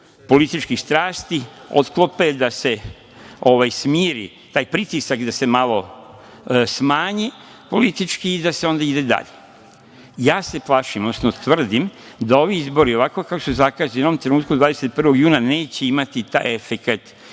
političkih strasti otklope, da se smiri, taj politički pritisak da se malo smanji i da se onda ide dalje. Plašim se, odnosno tvrdim da ovi izbori ovako kako su zakazani, u ovom trenutku, 21. juna, neće imati taj efekat